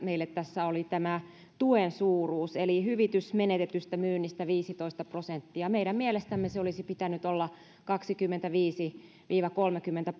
meille tässä oli tämä tuen suuruus eli hyvitys menetetystä myynnistä viisitoista prosenttia meidän mielestämme sen olisi pitänyt olla kaksikymmentäviisi viiva kolmekymmentä